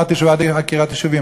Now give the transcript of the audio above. לא אמרתי שאני בעד עקירת יישובים.